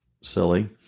silly